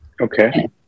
Okay